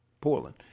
Portland